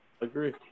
Agree